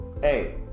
Hey